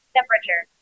Temperature